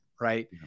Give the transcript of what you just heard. Right